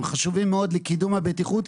הם חשובים מאוד לקידום הבטיחות,